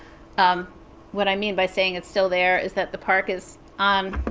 um what i mean by saying it's still there is that the park is on